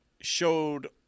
showed